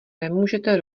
nemůžete